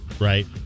right